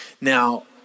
Now